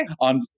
on